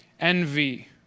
envy